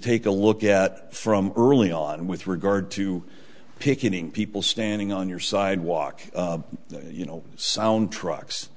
take a look at from early on with regard to picking people standing on your sidewalk you know sound trucks